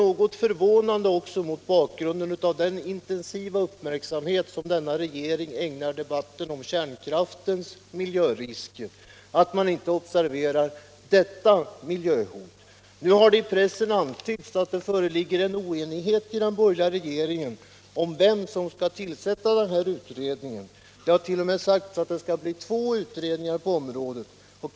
Mot bakgrund av den intensiva uppmärksamhet som denna regering ägnar debatten om kärnkraftens miljörisker är det något förvånande att man inte observerar också detta miljöhot. I pressen har antytts att det råder oenighet inom den borgerliga regeringen om vem som skall tillsätta utredningen. Det har t.o.m. sagts att det skall bli två utredningar på området.